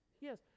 Yes